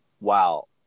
wow